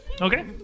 Okay